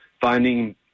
finding